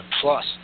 plus